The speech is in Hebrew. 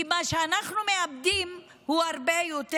כי מה שאנחנו מאבדים הוא הרבה יותר.